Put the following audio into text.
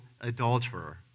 adulterer